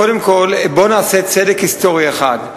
קודם כול, בואו נעשה צדק היסטורי אחד: